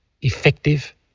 effective